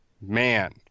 Man